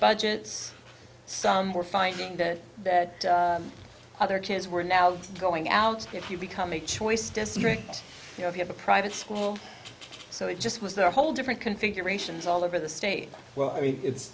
budgets some were finding that other kids were now going out if you become a choice district you know if you have a private school so it just was there a whole different configurations all over the state well i mean it's